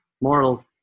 moral